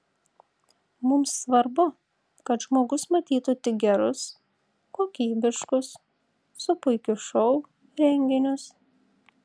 mums svarbu kad žmogus matytų tik gerus kokybiškus su puikiu šou renginius